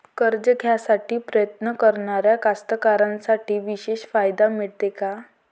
कर्ज घ्यासाठी प्रयत्न करणाऱ्या कास्तकाराइसाठी विशेष फायदे मिळते का?